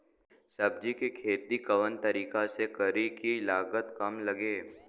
सब्जी के खेती कवना तरीका से करी की लागत काम लगे?